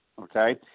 okay